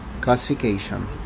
classification